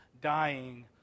dying